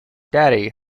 daddy